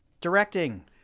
directing